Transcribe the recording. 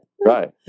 Right